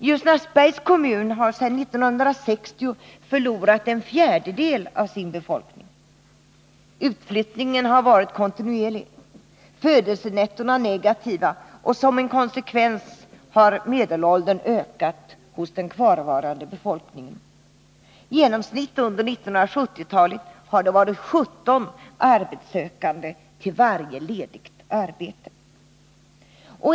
Ljusnarsbergs kommun har sedan 1960 förlorat en fjärdedel av sin befolkning. Utflyttningen har varit kontinuerlig, födelsenettona negativa, och som en konsekvens har medelåldern ökat hos den kvarvarande befolkningen. Genomsnittligt under 1970-talet har det varit 17 arbetssökande till varje ledigt arbete.